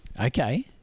Okay